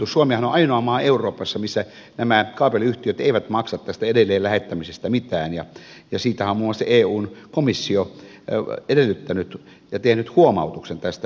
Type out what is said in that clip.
suomihan on ainoa maa euroopassa missä nämä kaapeliyhtiöt eivät maksa tästä edelleenlähettämisestä mitään ja sitähän on muun muassa eun komissio edellyttänyt ja tehnyt huomautuksen tästä asiasta